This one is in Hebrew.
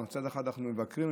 אבל מצד אחר אנחנו מבקרים,